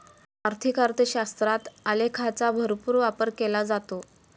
आर्थिक अर्थशास्त्रात आलेखांचा भरपूर वापर केला जातो